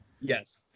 Yes